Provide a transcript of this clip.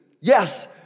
Yes